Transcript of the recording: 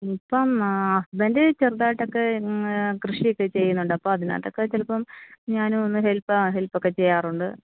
ഇപ്പം ഹസ്ബൻഡ് ചെറുതായിട്ടൊക്കെ കൃഷി ഒക്കെ ചെയ്യുന്നുണ്ട് അപ്പോൾ അതിനകത്തൊക്കെ ചിലപ്പം ഞാനും ഒന്ന് ഹെൽപ്പ് ഹെൽപ്പ് ഒക്കെ ചെയ്യാറുണ്ട്